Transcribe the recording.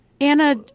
Anna